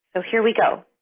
so here we go.